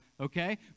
okay